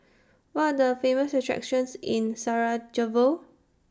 What Are The Famous attractions in Sarajevo